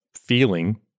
feeling